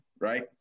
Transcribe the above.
right